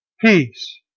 Peace